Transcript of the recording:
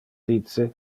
dice